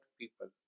people